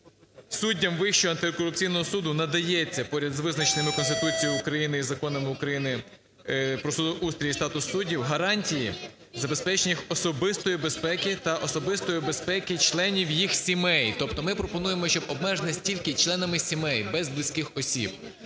суддям Вищого антикорупційного суду надається поряд з визначеними Конституцією України і законами України про судоустрій і статус суддів гарантії забезпечення їх особистої безпеки та особистої безпеки членів їх сімей. Тобто ми пропонуємо, щоб обмежитись тільки членами сімей, без близьких осіб,